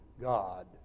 God